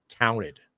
counted